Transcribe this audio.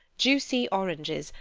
juicy oranges,